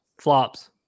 Flops